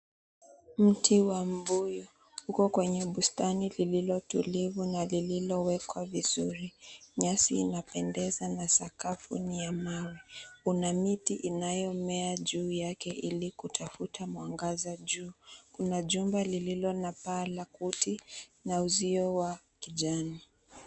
Mti wa mbuyu uko kwenye bustani lililo tulivu na lililowekwa vizuri. Nyasi inapendeza na sakafu ni ya mawe, una miti inayomea juu yake ili kutafuta mwangaza juu. Kuna jumba lililo na paa la kuti na uzio wa kijani.